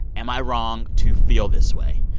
am i wrong to feel this way?